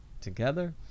together